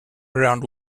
around